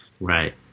Right